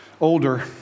older